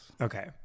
Okay